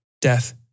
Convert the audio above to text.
Death